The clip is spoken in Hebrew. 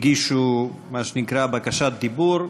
הגישו מה שנקרא בקשת דיבור.